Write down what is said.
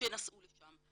שנסעו לשם.